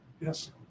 Yes